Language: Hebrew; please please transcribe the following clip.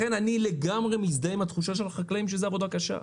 לכן אני לגמרי מזדהה עם התחושה של החקלאים שזאת עבודה קשה.